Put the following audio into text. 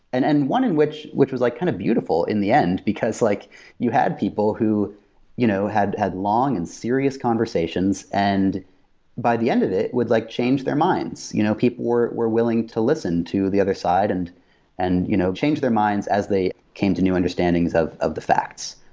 and one in which, which was like kind of beautiful in the end, because like you had people who you know had had long and serious conversations, and by the end of it, would like change their minds. you know people were were willing to listen to the other side and and you know change their minds as they came to new understandings of of the facts.